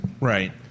Right